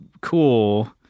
cool